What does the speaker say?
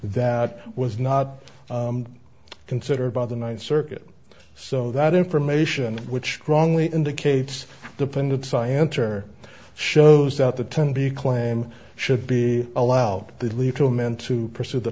that was not considered by the ninth circuit so that information which wrongly indicates dependents i enter shows out the ten b claim should be allowed to leave to amend to pursue the